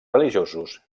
religiosos